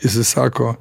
jisai sako